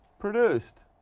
produced.